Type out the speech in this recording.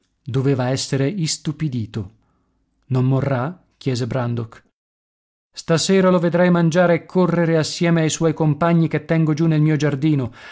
doveva essere istupidito non morrà chiese brandok stasera lo vedrai mangiare e correre assieme ai suoi compagni che tengo giù nel mio giardino